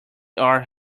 are